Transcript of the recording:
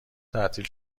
تعطیل